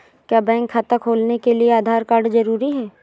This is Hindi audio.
क्या बैंक खाता खोलने के लिए आधार कार्ड जरूरी है?